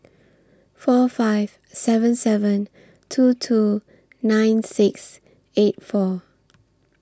four five seven seven two two nine six eight four